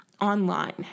online